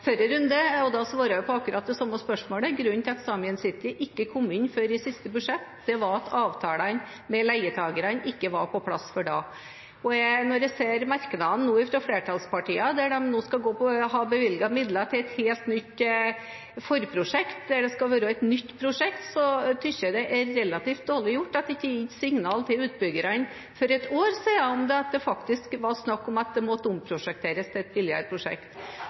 forrige runde, for da svarte jeg på akkurat det samme spørsmålet. Grunnen til at Saemien Sijte ikke kom inn før i siste budsjett, var at avtalen med leietakerne ikke var på plass før da. Når jeg nå ser merknadene fra flertallspartiene, der de skal ha bevilget midler til et helt nytt forprosjekt der det skal være et nytt prosjekt, synes jeg det er relativt dårlig gjort at det ikke ble gitt signal til utbyggerne for ett år siden om at det faktisk var snakk om at det måtte omprosjekteres til et billigere prosjekt.